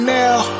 now